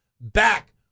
back